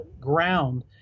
ground